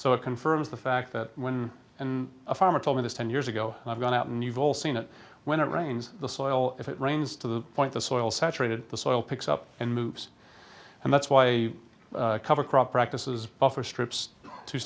so it confirms the fact that when a farmer told me this ten years ago and i've gone out and you've all seen it when it rains the soil if it rains to the point the soil saturated the soil picks up and moves and that's why i cover crop practices buffer strips to